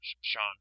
Sean